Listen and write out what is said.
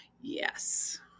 Yes